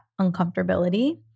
uncomfortability